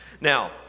now